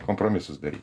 kompromisus daryt